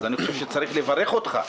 אז אני חושב שצריך לברך אותך.